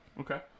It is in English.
Okay